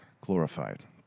glorified